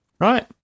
right